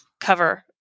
cover